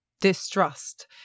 distrust